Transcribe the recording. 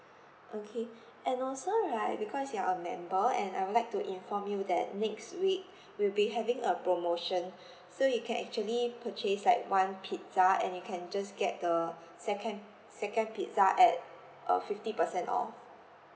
okay and also right because you are a member and I would like to inform you that next week we'll be having a promotion so you can actually purchase like one pizza and you can just get the second second pizza at a fifty percent off